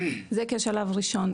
זה כשלב ראשון.